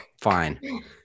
fine